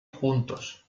juntos